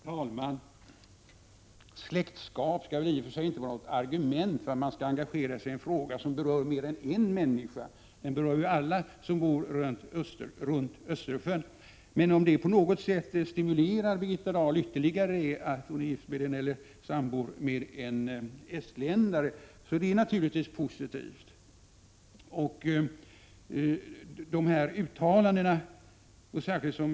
Herr talman! Släktskap skall väl i och för sig inte vara något argument för att man skall engagera sig i en fråga som berör mer än en människa. Denna fråga berör ju alla som bor runt Östersjön. Om det faktum att Birgitta Dahl är gift eller sammanboende med en estländare på något sätt ytterligare stimulerar henne så är det naturligtvis positivt.